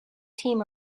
team